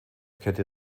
kehrte